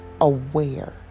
aware